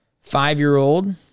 five-year-old